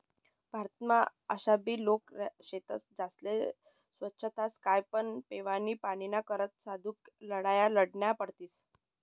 भारतमा आशाबी लोके शेतस ज्यास्ले सोच्छताच काय पण पेवानी पाणीना करता सुदीक लढाया लढन्या पडतीस